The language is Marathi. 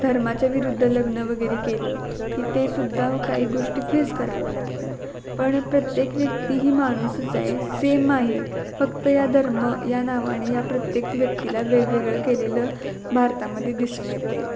धर्माच्या विरुद्ध लग्न वगैरे केलं की ते सुद्धा काही गोष्टी फेस करावे लागतात पण प्रत्येक व्यक्ती ही माणूसच आहे सेम आहे फक्त या धर्म या नावाने या प्रत्येक व्यक्तीला वेगवेगळं केलेलं भारतामध्ये दिसून येतं आहे